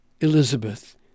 Elizabeth